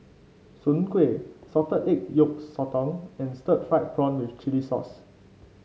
Soon Kway Salted Egg Yolk Sotong and Stir Fried Prawn with Chili Sauce